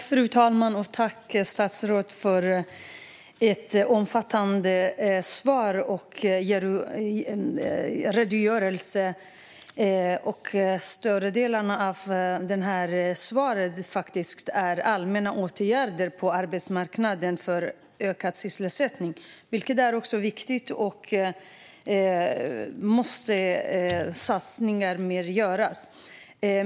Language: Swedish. Fru talman! Tack, statsrådet, för det omfattande svaret och för redogörelsen! Större delen av svaret handlar om allmänna åtgärder på arbetsmarknaden för ökad sysselsättning, vilket är viktigt då fler satsningar behöver göras.